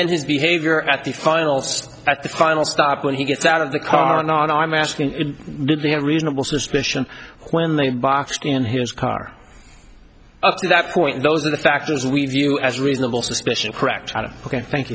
then his behavior at the finals at the final stop when he gets out of the car or not i'm asking did they have reasonable suspicion when they boxed in his car up to that point those are the factors we view as reasonable suspicion